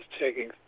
taking